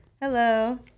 Hello